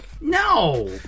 No